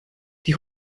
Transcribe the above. die